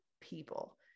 people